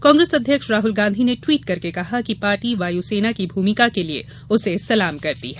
कांग्रेस अध्यक्ष राहुल गांधी ने ट्वीट करके कहा कि पार्टी वायुसेना की भूमिका के लिये उसे सलाम करती है